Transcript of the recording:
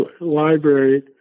Library